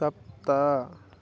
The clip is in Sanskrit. सप्त